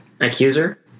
Accuser